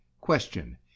Question